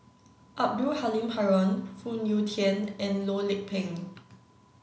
abdul Halim Haron Phoon Yew Tien and Loh Lik Peng